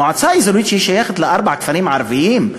מועצה אזורית ששייכת לארבעה כפרים ערביים,